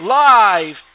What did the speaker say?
live